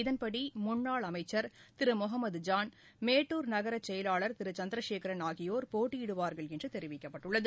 இதன்படிமுன்னாள் அமைச்ச் திருமுகமது ஜான் மேட்டூர் நகரசுயலாளர் திருசந்திரசேகரன் ஆகியோர் போட்டியிடுவார்கள் என்றுதெரிவிக்கப்பட்டுள்ளது